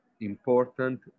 important